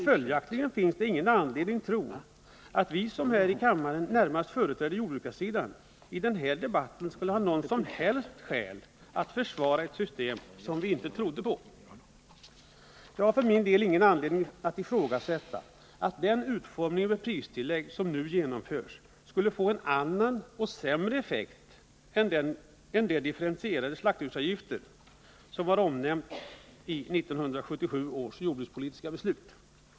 Följaktligen finns det ingen anledning tro att vi som här i kammaren närmast företräder jordbrukarsidan i denna debatt skulle ha något som helst skäl att försvara ett system som vi inte trodde på. Jag har för min del ingen anledning att ifrågasätta att den utformning med pristillägg som nu genomförs skulle få en annan och sämre effekt än den differentierade slaktdjursavgift som var omnämnd i 1977 års jordbrukspolitiska beslut.